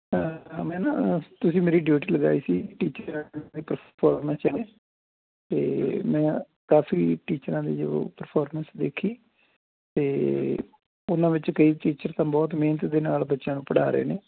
ਮੈਂ ਨਾ ਤੁਸੀਂ ਮੇਰੀ ਡਿਊਟੀ ਲਗਾਈ ਸੀ ਟੀਚਰ ਅਤੇ ਮੈਂ ਕਾਫੀ ਟੀਚਰਾਂ ਦੇ ਜੋ ਪਰਫੋਰਮੈਂਸ ਦੇਖੀ ਅਤੇ ਉਹਨਾਂ ਵਿੱਚ ਕਈ ਟੀਚਰ ਤਾਂ ਬਹੁਤ ਮਿਹਨਤ ਦੇ ਨਾਲ ਬੱਚਿਆਂ ਨੂੰ ਪੜ੍ਹਾ ਰਹੇ ਨੇ